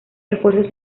esfuerzos